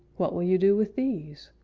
what will you do with these?